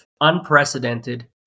unprecedented